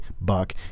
Buck